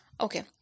okay